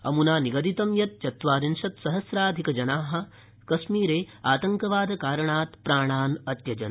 अमुना निगदितं यत् चत्वारिंशत् सहस्राधिकजनाः कश्मीर आतङ्वादकारणात् प्राणान् अत्यजन्